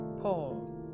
Paul